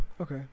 Okay